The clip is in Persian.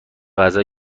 غذای